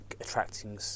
attracting